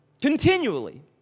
continually